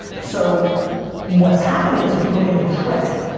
so what's happening is people are getting tricked,